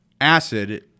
acid